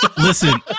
Listen